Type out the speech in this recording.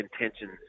intentions